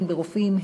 הן ברופאים,